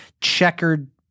checkered